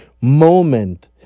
moment